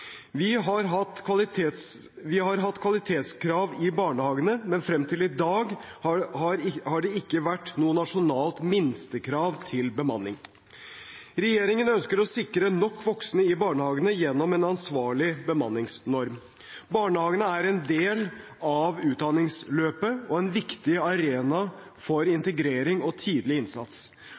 Vi har hatt kvalitetskrav i barnehagene, men frem til i dag har det ikke vært noe nasjonalt minstekrav til bemanning. Regjeringen ønsker å sikre nok voksne i barnehagene gjennom en ansvarlig bemanningsnorm. Barnehagen er en del av utdanningsløpet og en viktig arena for integrering og tidlig innsats.